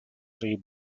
tree